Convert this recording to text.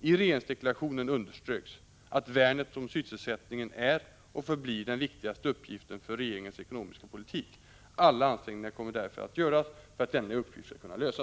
I regeringsdeklarationen underströks att värnet om sysselsättningen är och förblir den viktigaste uppgiften för regeringens ekonomiska politik. Alla ansträngningar kommer därför att göras för att denna uppgift skall kunna lösas.